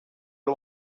ari